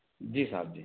जी साब